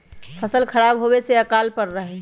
फसल खराब होवे से अकाल पडड़ा हई